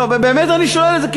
באמת אני שואל את זה.